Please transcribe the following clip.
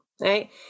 right